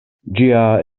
ĝia